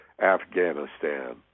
Afghanistan